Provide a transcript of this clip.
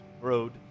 road